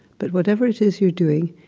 but whatever it is you're doing,